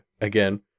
again